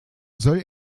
soll